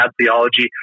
theology